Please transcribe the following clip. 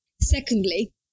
Secondly